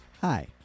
hi